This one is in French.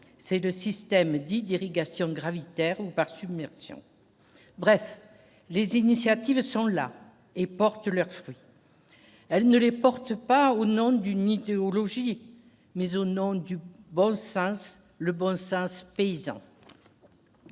ces 2 systèmes dits d'irrigation gravitaire ou par submersion, bref les initiatives sont là et portent leurs fruits, elle ne les porte pas au nom d'une nuit de théologie, mais au nom du bon sens, le bon sens paysan,